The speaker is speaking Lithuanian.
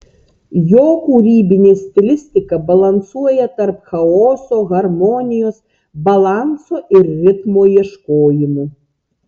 jo kūrybinė stilistika balansuoja tarp chaoso harmonijos balanso ir ritmo ieškojimų